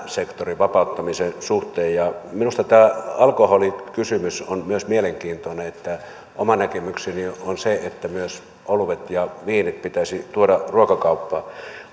sektorin vapauttamisen suhteen ja minusta tämä alkoholikysymys on myös mielenkiintoinen oma näkemykseni on se että myös oluet ja viinit pitäisi tuoda ruokakauppaan